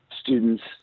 students